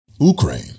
Ukraine